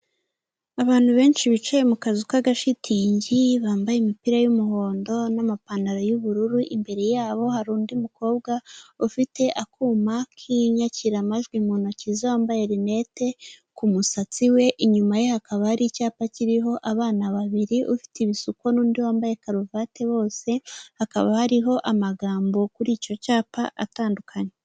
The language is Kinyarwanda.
Abantu benshi bicaye mu kazu k'agashitingi, bambaye imipira y'umuhondo n'amapantaro y'ubururu, imbere yabo hari undi mukobwa ufite akuma k'inyakiramajwi mu ntoki ze, wambaye rinete ku musatsi we, inyuma ye hakaba hari icyapa kiriho abana babiri, ufite ibisuko n'undi wambaye karuvati bose, hakaba hariho amagambo kuri icyo cyapa atandukanye.